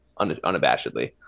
unabashedly